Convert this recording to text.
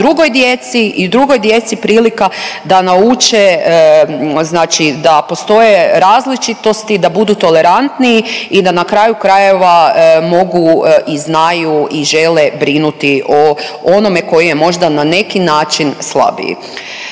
i drugoj djeci prilika da nauče, znači da postoje različitosti, da budu tolerantniji i da na kraju krajeva mogu i znaju i žele brinuti o onome koji je možda na neki način slabiji.